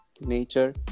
Nature